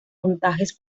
montajes